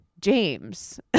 James